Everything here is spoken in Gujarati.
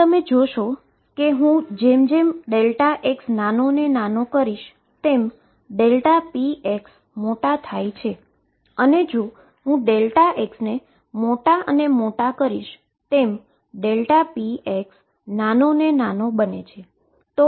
તમે જોશો કે હું x નાનો અને નાનો કરીશ તેમ px મોટા થાય છે અને જો હું x ને મોટો અને મોટો કરીશ તેમ px નાનો અને નાનો બને